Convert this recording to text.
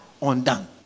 undone